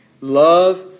Love